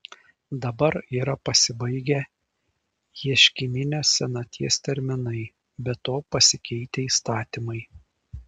dabar yra pasibaigę ieškininės senaties terminai be to pasikeitę įstatymai